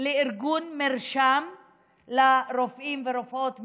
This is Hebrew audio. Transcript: לארגון מרשם לרופאים ורופאות מתמחים,